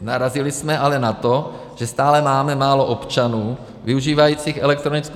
Narazili jsme ale na to, že stále máme málo občanů využívajících elektronickou identitu.